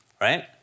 right